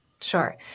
Sure